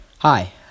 Hi